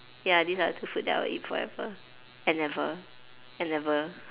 ya these are the two food that I will eat forever and ever and ever